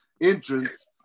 Entrance